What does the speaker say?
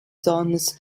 sohnes